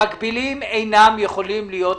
המקבילים אינם יכולים להיות ברשימה.